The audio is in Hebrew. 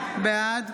בעד